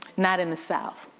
not in the south.